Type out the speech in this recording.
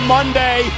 Monday